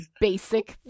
basic